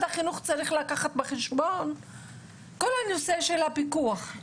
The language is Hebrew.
החינוך צריך לקחת בחשבון את כל הנושא של הפיקוח.